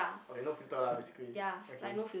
okay no filter lah basically okay